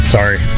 Sorry